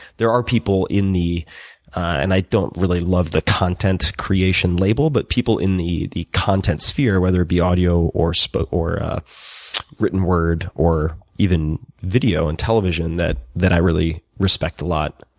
there are people in the and i don't really love the content creation label, but people in the the content sphere, whether it be audio or so or ah written word or even video and television television that i really respect a lot.